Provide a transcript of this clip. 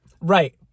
Right